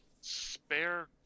spare